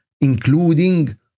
including